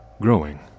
growing